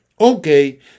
Okay